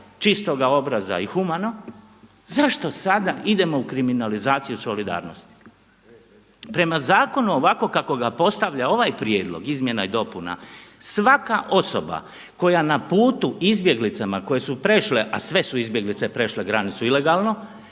čistoga obraza i humano zašto sada idemo u kriminalizaciju solidarnosti? Prema zakonu ovako kako ga postavlja ovaj prijedlog izmjena i dopuna svaka osoba koja na putu izbjeglicama koje su prešle a sve su izbjeglice prešle granicu ilegalno